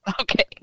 Okay